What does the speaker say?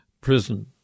prison